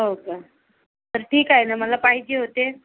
हो का तर ठीक आहे नं मला पाहिजे होते